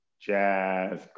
Jazz